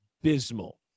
abysmal